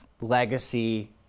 legacy